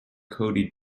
cody